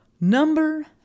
Number